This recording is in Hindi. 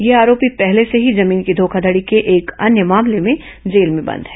यह आरोपी पहले से ही जमीन की धोखाधड़ी के एक अन्य मामले में जेल में बंद है